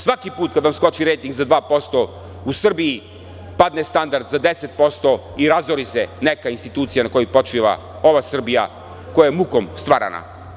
Svaki puta kad vam skoči rejting za 2% u Srbiji padne standard za 10% i razori se neka institucija na kojoj počiva ova Srbija koja je mukom stvarana.